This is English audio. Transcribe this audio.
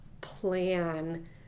plan